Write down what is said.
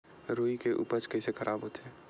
रुई के उपज कइसे खराब होथे?